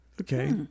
Okay